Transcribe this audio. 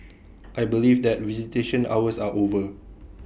I believe that visitation hours are over